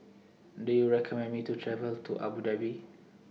Do YOU recommend Me to travel to Abu Dhabi